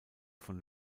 von